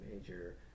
major